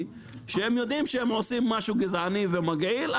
שהם יודעים שהם עושים משהו גזעני ומגעיל,